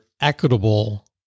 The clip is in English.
equitable